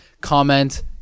comment